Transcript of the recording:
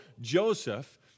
Joseph